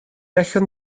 allwn